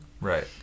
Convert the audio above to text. Right